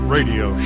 Radio